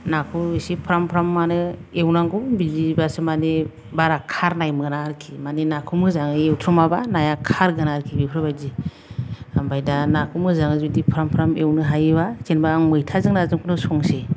नाखौ एसे फ्राम फ्रामआनो एवनांगौ बिदिबासो माने बारा खारनाय मोना आरोखि माने नाखौ मोजाङै एवथ्रमाबा नाया खारगोन आरोखि बेफोरबादि ओमफ्राय दा नाखौ मोजाङै जुदि फ्राम फ्राम एवनो हायोबा जेनबा आं मैथाजों नाजोंखौनो संसै